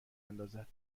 اندازد